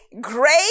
great